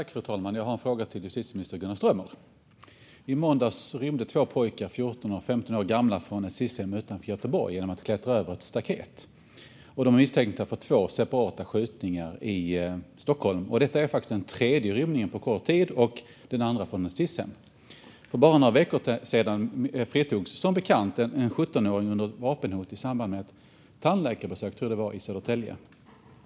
Fru talman! Jag har en fråga till justitieminister Gunnar Strömmer. I måndags rymde två pojkar, 14 och 15 år gamla, från ett Sis-hem utanför Göteborg genom att klättra över ett staket. De är misstänkta för två separata skjutningar i Stockholm. Detta är faktiskt den tredje rymningen på kort tid, den andra från ett Sis-hem. För bara några veckor sedan fritogs som bekant en 17-åring under vapenhot i samband med ett tandläkarbesök i Södertälje.